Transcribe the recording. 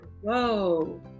whoa